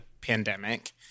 pandemic